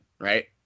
Right